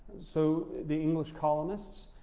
so, the english colonists,